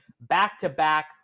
Back-to-back